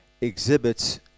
exhibits